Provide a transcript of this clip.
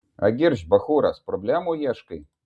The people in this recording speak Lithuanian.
agirdž bachūras problemų ieškai